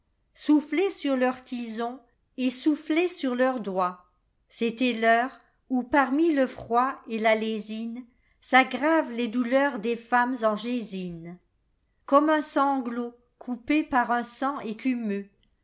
soufflaient sur leurs tisons et soufflaient sur leurs doigts c'était l'heure où parmi le froid et la lésines'aggravent les douleurs des femmes en gésine comme un sanglot coupé par un sang